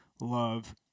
love